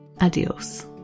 Adios